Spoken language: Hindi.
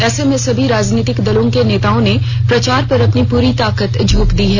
ऐसे में सभी राजनीतिक दलों के नेताओं ने प्रचार पर अपनी पूरी ताकत झोंक दी है